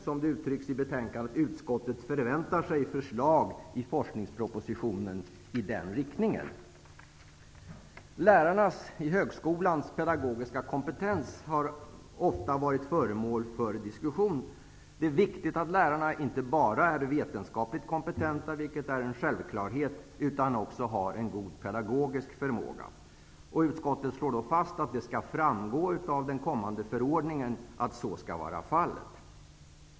Som det uttrycks i betänkandet, förväntar sig utskottet förslag i den riktningen i forskningspropositionen. Högskolelärarnas pedagogiska kompetens har ofta varit föremål för diskussion. Det är viktigt att lärarna inte bara är vetenskapligt kompetenta, vilket är en självklarhet, utan också har en god pedagogisk förmåga. Utskottet slår fast att det skall framgå av den kommande förordningen att så skall vara fallet.